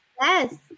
Yes